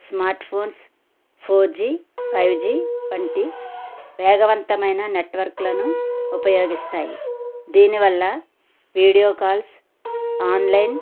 smart phones four G five G వంటి వేగవంతమైన నెట్వర్క్లను ఉపయోగిస్తాయి దీనివల్ల వీడియో కాల్స్ ఆన్లైన్